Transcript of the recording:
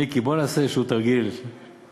מיקי, בוא נעשה איזשהו תרגיל אינטלקטואלי.